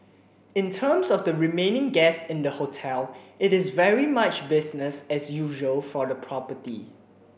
in terms of the remaining guests in the hotel it is very much business as usual for the property